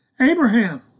Abraham